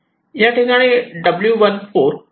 याठिकाणी w14 constant होय